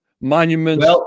Monuments